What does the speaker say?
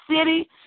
city